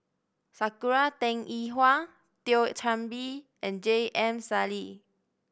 Sakura Teng Ying Hua Thio Chan Bee and J M Sali